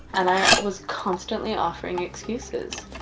and i was constantly offering excuses.